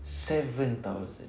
seven thousand